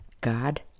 God